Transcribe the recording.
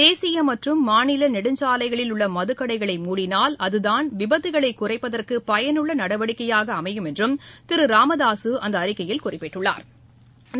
தேசிய மற்றும் மாநில நெடுஞ்சாலைகளில் உள்ள மதுக்கடைகளை மூடினால் அதுதான் விபத்துக்களை குறைப்பதற்கு பயலுள்ள நடவடிக்கையாக அமையும் என்றும் திரு ராமதாசு அந்த அறிக்கையில் குறிப்பிட்டுள்ளா்